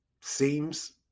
seems